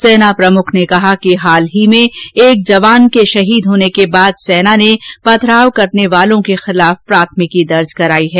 सेना प्रमुख ने कहा कि हाल ही में एक जवान के शहीद होने के बाद सेना ने पथराव करने वालों के खिलाफ प्राथमिकी दर्ज कराई हैं